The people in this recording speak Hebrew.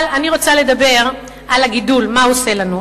אני רוצה לדבר על הגידול, מה הוא עושה לנו.